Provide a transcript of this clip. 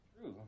true